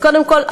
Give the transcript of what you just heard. אז קודם כול,